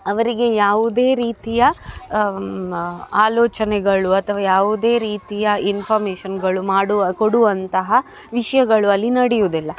ಅವರಿಗೆ ಯಾವುದೇ ರೀತಿಯ ಆಲೋಚನೆಗಳು ಅಥವಾ ಯಾವುದೇ ರೀತಿಯ ಇನ್ಫಾರ್ಮೇಶನ್ಗಳು ಮಾಡುವ ಕೊಡುವಂತಹ ವಿಷಯಗಳು ಅಲ್ಲಿ ನಡಿಯುವುದಿಲ್ಲ